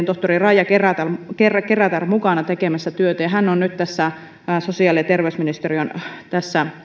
tohtori raija kerätär paltamon työllisyyskokeilussa missä hän oli mukana tekemässä työtä ja hän on nyt tässä sosiaali ja terveysministeriön